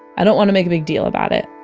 i don't want to make a big deal about it.